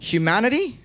Humanity